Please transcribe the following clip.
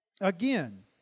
Again